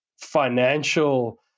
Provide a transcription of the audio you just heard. financial